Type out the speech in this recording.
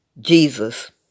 Jesus